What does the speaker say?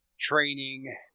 training